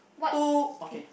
what eh